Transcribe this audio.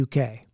UK